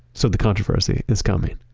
so the controversy is coming